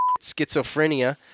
schizophrenia